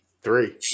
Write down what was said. Three